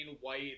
white